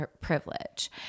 privilege